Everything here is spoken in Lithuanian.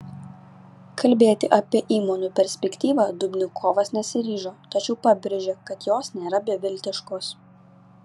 kalbėti apie įmonių perspektyvą dubnikovas nesiryžo tačiau pabrėžė kad jos nėra beviltiškos